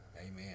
Amen